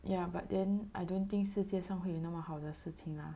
ya but then I don't think 世界上会有那么好的事情啦